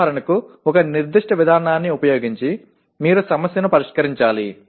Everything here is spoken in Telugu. ఉదాహరణకు ఒక నిర్దిష్ట విధానాన్ని ఉపయోగించి మీరు సమస్యను పరిష్కరించాలి